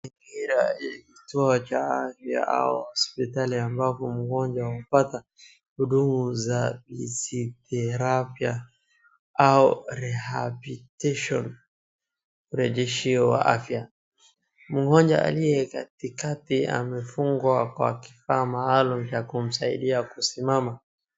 Kituo cha afya au hospitali ambapo mgonjwa amepata huduma za rehabilitation urejesheo wa afya, moja aliye katikati amefungwa kwa kifaa maalum ya kumsaidia kusimama.